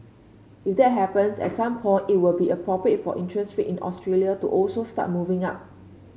if that happens at some point it will be appropriate for interest rate in Australia to also start moving up